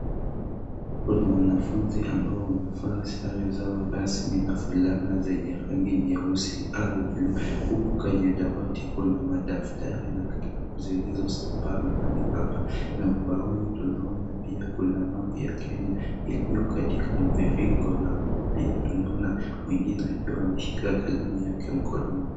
Kuna wanafunzi ambao wamevaa sare zao rasmi na fulana zenye rangi nyeusi au bluu huku kwenye dawati kuna madaftari na kalamu zilizosabaa mahali hapa na ubaoni tunaona pia kuna map ya Kenya iliyo katika mviringo na pia tunaona mwingine akiwa ameshika kalamu yake mkononi.